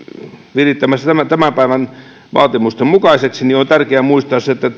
virittämässä tämän tämän päivän vaatimusten mukaiseksi se että